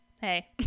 Hey